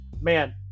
man